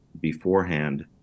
beforehand